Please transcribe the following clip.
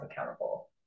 accountable